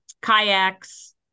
kayaks